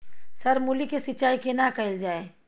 Sir मूली के सिंचाई केना कैल जाए?